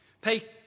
Pay